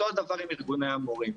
אותו דבר עם ארגוני המורים.